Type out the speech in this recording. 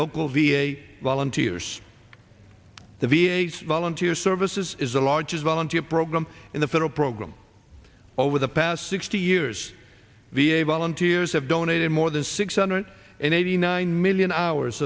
local v a volunteers the v a s volunteer services is the largest volunteer program in the federal program over the past sixty years v a volunteers have donated more than six hundred and eighty nine million hours